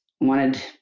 wanted